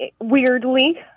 weirdly